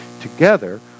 Together